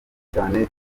cyane